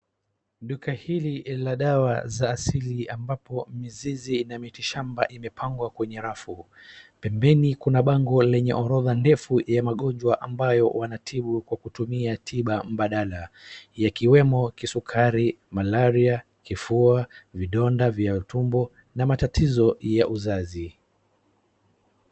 Duka hili la dawa za siri ambapo mizizi na miti shamba imepangwa kwenye rafu. Pembeni kuna bango lenye orodha ndefu ya magonjwa ambao wanatibu kwa kutumia tiba badala. Yakiwemo kisukari, malarai, kifua, vidonda vya tumbo na matatizo ya uzazi.